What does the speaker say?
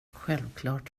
självklart